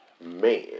man